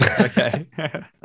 Okay